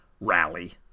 rally